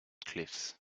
cliffs